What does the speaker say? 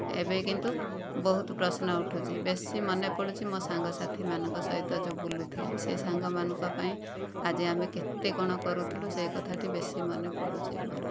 ଏବେ କିନ୍ତୁ ବହୁତ ପ୍ରଶ୍ନ ଉଠୁଛି ବେଶି ମନେ ପଡ଼ୁଛି ମୋ ସାଙ୍ଗ ସାଥିମାନଙ୍କ ସହିତ ଯେଉଁ ବୁଲୁଥିଲି ସେ ସାଙ୍ଗମାନଙ୍କ ପାଇଁ ଆଜି ଆମେ କେତେ କ'ଣ କରୁଥିଲୁ ସେ କଥାଟି ବେଶି ମାନେ ପଡ଼ୁଛି ମୋର